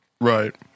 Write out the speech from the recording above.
Right